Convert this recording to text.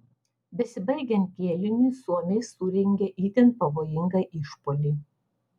besibaigiant kėliniui suomiai surengė itin pavojingą išpuolį